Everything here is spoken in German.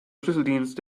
schlüsseldienst